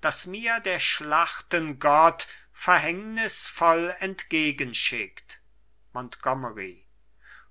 das mir der schlachten gott verhängnisvoll entgegenschickt montgomery